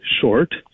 short